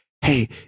Hey